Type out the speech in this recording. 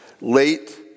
late